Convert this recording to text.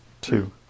two